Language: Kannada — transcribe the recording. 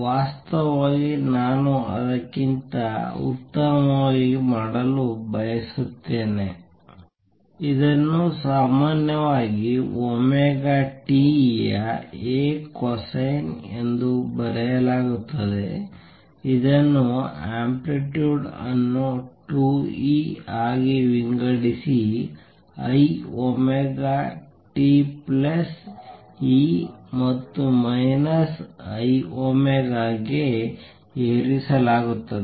ವಾಸ್ತವವಾಗಿ ನಾನು ಅದಕ್ಕಿಂತ ಉತ್ತಮವಾಗಿ ಮಾಡಲು ಬಯಸುತ್ತೇನೆ ಇದನ್ನು ಸಾಮಾನ್ಯವಾಗಿ ಒಮೆಗಾ t ಯ A ಕೊಸೈನ್ ಎಂದು ಬರೆಯಲಾಗುತ್ತದೆ ಇದನ್ನು ಆಂಪ್ಲಿಟ್ಯೂಡ್ ಅನ್ನು 2 e ಆಗಿ ವಿಂಗಡಿಸಿ i omega t plus e ಮತ್ತು ಮೈನಸ್ i ಒಮೆಗಾ t ಗೆ ಏರಿಸಲಾಗುತ್ತದೆ